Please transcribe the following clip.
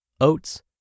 oats